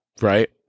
right